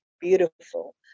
beautiful